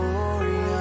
Glory